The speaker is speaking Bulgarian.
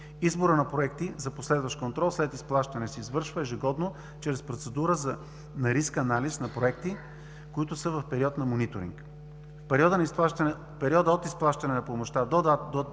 Изборът на проекти за последващ контрол след изплащане се извършва ежегодно чрез процедура на риск анализ на проекти, които са в период на мониторинг. В периода от изплащане на помощта до тази дата